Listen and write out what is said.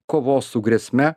kovos su grėsme